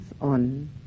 on